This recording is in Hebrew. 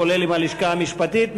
כולל עם הלשכה המשפטית,